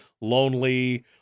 lonely